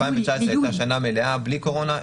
2019 הייתה שנה מלאה, בלי קורונה.